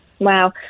Wow